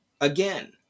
Again